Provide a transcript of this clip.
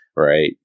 right